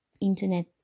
internet